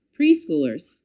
preschoolers